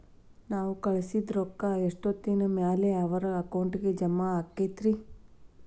ನಾವು ಕಳಿಸಿದ್ ರೊಕ್ಕ ಎಷ್ಟೋತ್ತಿನ ಮ್ಯಾಲೆ ಅವರ ಅಕೌಂಟಗ್ ಜಮಾ ಆಕ್ಕೈತ್ರಿ?